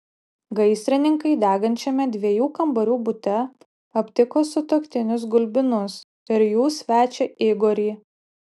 gaisrininkai degančiame dviejų kambarių bute aptiko sutuoktinius gulbinus ir jų svečią igorį